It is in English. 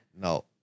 No